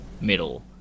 middle